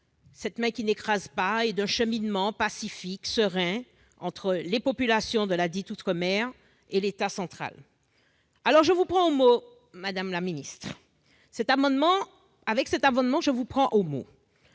cette main qui n'écrase pas, en un cheminement, pacifique, serein, entre les populations de ladite outre-mer et l'État central. Alors, madame la ministre, avec cet amendement, je vous prends au mot.